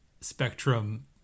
spectrum